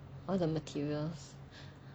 all the materials